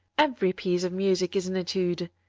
every piece of music is an etude.